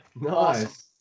Nice